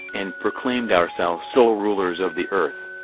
and proclaimed ourselves sole rulers of the earth.